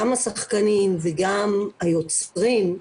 גם השחקנים וגם היוצרים,